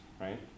right